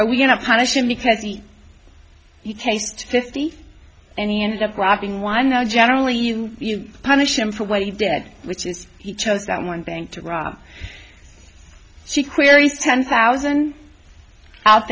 are we going to punish him because he he chased fifty and he ended up dropping one now generally you punish him for what he did which is he chose that one bank to rob she queries ten thousand out